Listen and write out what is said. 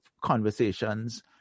conversations